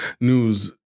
news